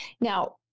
Now